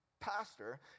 pastor